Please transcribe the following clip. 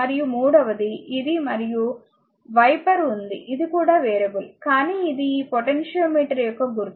మరియు మూడవది ఇది మరియు వైపర్ ఉంది ఇది కూడా వేరియబుల్ కానీ ఇది ఈ పొటెన్షియోమీటర్ యొక్క గుర్తు